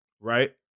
right